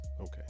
Okay